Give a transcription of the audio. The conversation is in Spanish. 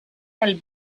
del